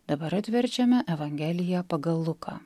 dabar atverčiame evangeliją pagal luką